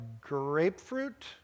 Grapefruit